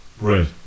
right